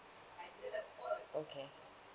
okay